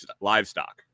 livestock